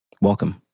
Welcome